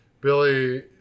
billy